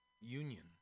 union